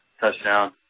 Touchdown